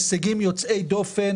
הישגים יוצאי דופן